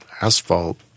asphalt